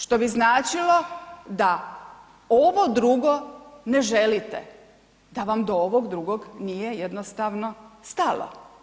Što bi značilo da ovo drugo ne želite, da vam do ovog drugog nije jednostavno stalo.